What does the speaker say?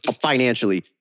financially